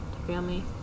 Family